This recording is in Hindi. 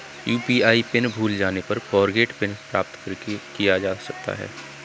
यू.पी.आई पिन भूल जाने पर फ़ॉरगोट पिन करके प्राप्त किया जा सकता है